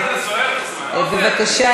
בבקשה,